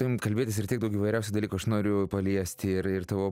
tavim kalbėtis ir tiek daug įvairiausių dalykų aš noriu paliesti ir ir tavo